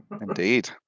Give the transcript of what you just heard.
Indeed